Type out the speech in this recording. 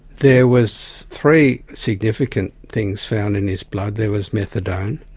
there was three significant things found in his blood there was methadone,